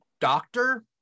doctor